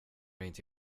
inte